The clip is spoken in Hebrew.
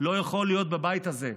לא יכול להיות בבית הזה.